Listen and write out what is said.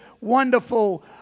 wonderful